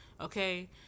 Okay